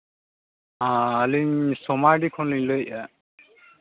ᱟᱹᱞᱤᱧ ᱥᱳᱢᱟᱭᱰᱤ ᱠᱷᱚᱱᱞᱤᱧ ᱞᱟᱹᱭᱮᱫᱼᱟ